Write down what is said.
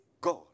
God